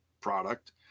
product